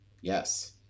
Yes